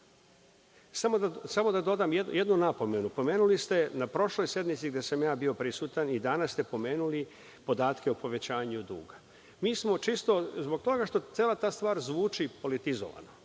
da dodam jednu napomenu. Pomenuli ste na prošloj sednici gde sam ja bio prisutan, a i danas ste pomenuli podatke o povećanju duga. Mi smo čisto zbog toga što cela ta situacija zvuči politizovano,